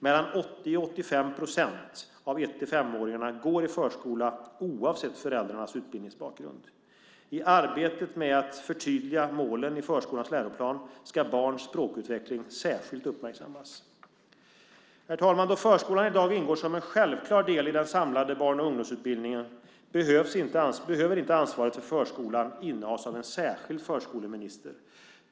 Mellan 80 och 85 procent av 1-5-åringarna går i förskola oavsett föräldrarnas utbildningsbakgrund. I arbetet med att förtydliga målen i förskolans läroplan ska barns språkutveckling särskilt uppmärksammas. Herr talman! Då förskolan i dag ingår som en självklar del i den samlade barn och ungdomsutbildningen behöver inte ansvaret för förskolan innehas av en särskild förskoleminister.